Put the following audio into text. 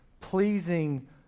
pleasing